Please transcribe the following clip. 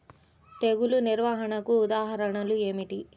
తెగులు నిర్వహణకు ఉదాహరణలు ఏమిటి?